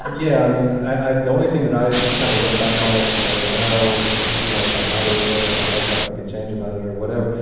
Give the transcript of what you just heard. and yeah i mean i the only thing that i kind of look back on it and say well you know if i had a regret or if i had something i could change about it or whatever.